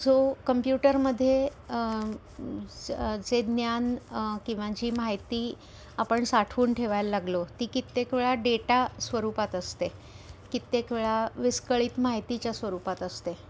जो कंप्युटरमध्ये जे ज्ञान किंवा जी माहिती आपण साठवून ठेवायला लागलो ती कित्येक वेळा डेटा स्वरूपात असते कित्येक वेळा विस्कळीत माहितीच्या स्वरूपात असते